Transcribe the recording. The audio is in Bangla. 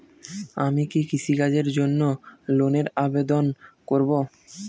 আমি কি কৃষিকাজের জন্য লোনের আবেদন করব?